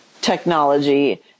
technology